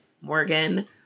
Morgan